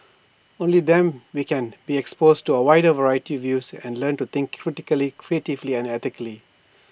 only them we can be exposed to A wider variety views and learn to think critically creatively and ethically